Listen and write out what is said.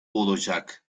olacak